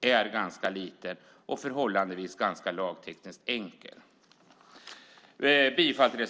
är ganska liten och förhållandevis lagtekniskt enkel. Jag yrkar bifall till reservation nr 1.